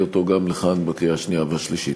אותה גם לכאן לקריאה השנייה והשלישית.